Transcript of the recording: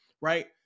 right